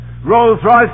Rolls-Royce